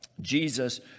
Jesus